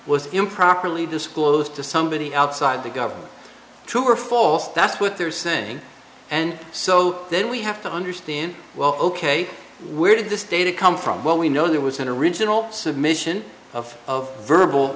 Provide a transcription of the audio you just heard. was improperly disclosed to somebody outside the government true or false that's what they're saying and so then we have to understand well ok where did this data come from well we know there was an original submission of verbal